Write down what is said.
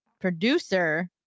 producer